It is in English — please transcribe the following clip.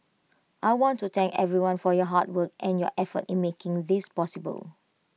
I want to thank everyone for your hard work and your effort in making this possible